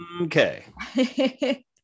okay